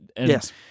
Yes